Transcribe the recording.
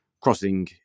crossing